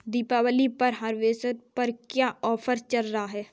दीपावली पर हार्वेस्टर पर क्या ऑफर चल रहा है?